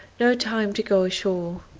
no time to go ashore.